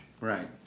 Right